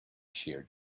sheared